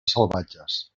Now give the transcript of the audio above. salvatges